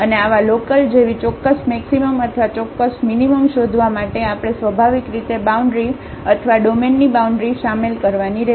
અને આવા લોકલજેવી ચોક્કસ મેક્સિમમ અથવા ચોક્કસ મીનીમમ શોધવા માટે આપણે સ્વાભાવિક રીતે બાઉન્ડ્રી અથવા ડોમેનની બાઉન્ડ્રી શામેલ કરવાની રહેશે